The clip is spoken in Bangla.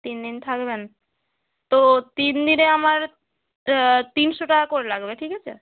তিন দিন থাকবেন তো তিন দিনে আমার তিনশো টাকা করে লাগবে ঠিক আছে